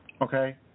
okay